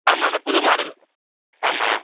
ஆமாம் அந்த புது மாடல் ஆமாம்